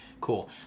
Cool